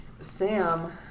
Sam